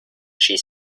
she